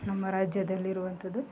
ನಮ್ಮ ರಾಜ್ಯದಲ್ಲಿರುವಂಥದು